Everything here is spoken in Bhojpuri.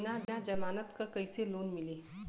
बिना जमानत क कइसे लोन मिली?